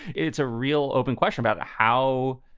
it's a real open question about how,